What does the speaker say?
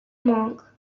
monk